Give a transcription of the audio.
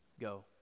Go